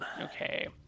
Okay